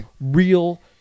real